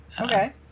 Okay